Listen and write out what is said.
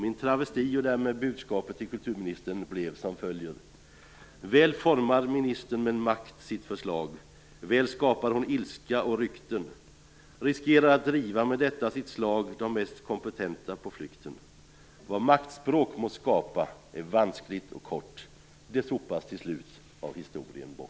Min travesti - och därmed mitt budskap till kulturministern - blev som följer: Väl formar ministern med makt sitt förslag Väl skapar hon ilska och rykten Riskerar att driva med detta sitt slag de mest kompetenta på flykten Vad maktspråk må skapa är vanskligt och kort Det sopas till slut av historien bort